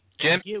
Jim